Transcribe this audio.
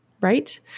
right